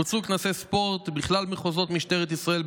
בוצעו כנסי ספורט בכלל מחוזות משטרת ישראל,